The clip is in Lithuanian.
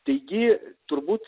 taigi turbūt